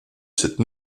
cette